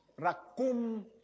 Rakum